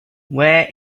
where